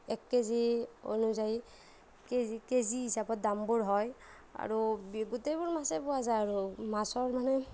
এক কেজি অনুযায়ী KG KG হিচাপত দামবোৰ হয় আৰু গোটেইবোৰ মাছেই পোৱা যায় আৰু মাছৰ মানে